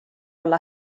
olla